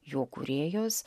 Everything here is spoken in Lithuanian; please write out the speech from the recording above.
jo kūrėjos